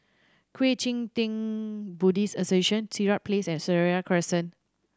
Kuang Chee Tng Buddhist Association Sirat Place and Seraya Crescent